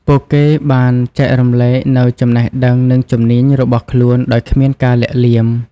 ពួកគេបានចែករំលែកនូវចំណេះដឹងនិងជំនាញរបស់ខ្លួនដោយគ្មានការលាក់លៀម។